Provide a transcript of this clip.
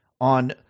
on